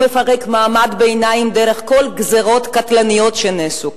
הוא מפרק את מעמד הביניים דרך כל הגזירות הקטלניות שנעשו כאן,